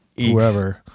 whoever